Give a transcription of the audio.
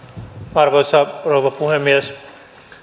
arvoisa rouva puhemies